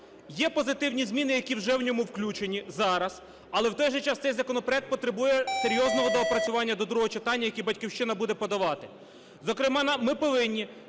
Є позитивні зміни, які вже в ньому включені зараз. Але, в той же час, цей законопроект потребує серйозного доопрацювання до другого читання, які "Батьківщина" буде подавати. Зокрема, ми повинні